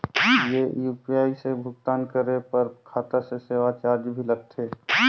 ये यू.पी.आई से भुगतान करे पर खाता से सेवा चार्ज भी लगथे?